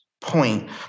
point